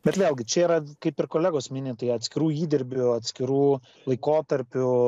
bet vėlgi čia yra kaip ir kolegos mini tai atskirų įdirbių atskirų laikotarpių